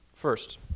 First